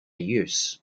use